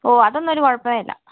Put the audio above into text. ഓ അതൊന്നും ഒരു കുഴപ്പമേ അല്ല